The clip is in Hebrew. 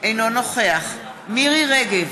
אינו נוכח מירי רגב,